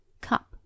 cup